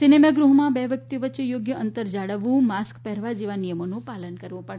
સિનેમાગૃહોમાં બે વ્યક્તિઓ વચ્ચે યોગ્ય અંતર જાળવવુ માસ્ક પહેરવા જેવા નિયમોનું પાલન કરવું પડશે